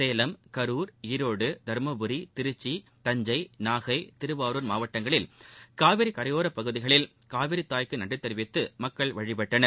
சேலம் கருர் ஈரோடு தருமபுரி திருச்சி தஞ்சை நாகை திருவாரூர் மாவட்டங்களில் காவிரி கரையோரப் பகுதிகளில் காவிரி தாய்க்கு நன்றி தெரிவித்து வழிபட்டனர்